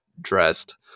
dressed